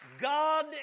God